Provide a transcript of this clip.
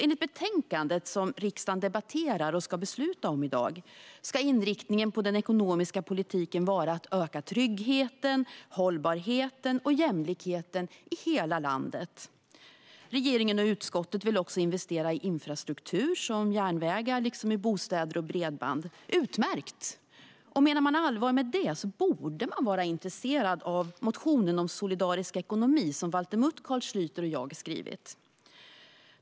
Enligt det betänkande som riksdagen debatterar och ska besluta om i dag ska inriktningen på den ekonomiska politiken vara att öka tryggheten, hållbarheten och jämlikheten i hela landet. Regeringen och utskottet vill också investera i infrastruktur, till exempel järnvägar, liksom i bostäder och bredband. Utmärkt! Menar man allvar med det borde man vara intresserad av motionen om solidarisk ekonomi som Valter Mutt, Carl Schlyter och jag har skrivit.